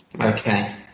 Okay